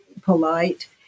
polite